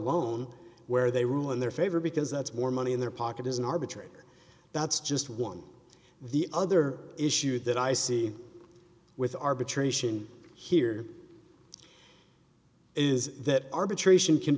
loan where they rule in their favor because that's more money in their pocket is an arbitrator that's just one of the other issues that i see with arbitration here is that arbitration can